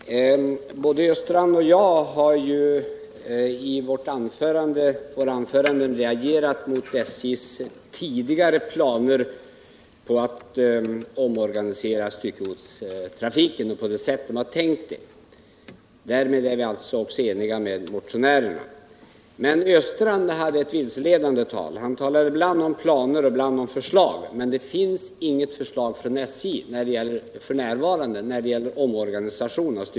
Herr talman! Både Olle Östrand och jag har ju i våra anföranden reagerat mot SJ:s tidigare planer på att omorganisera styckegodstrafiken på det sätt som var tänkt. Därmed är vi eniga med motionärerna. Men Olle Östrand hade ett vilseledande tal. Han talade ibland om planer och ibland om förslag. Det finns f.n. inget förslag från SJ när det gäller omorganisation av styckegodstrafiken.